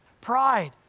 pride